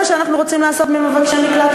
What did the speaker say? זה מה שאנחנו רוצים לעשות ממבקשי מקלט,